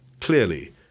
clearly